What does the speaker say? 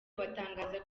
batangaza